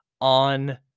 on